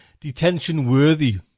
detention-worthy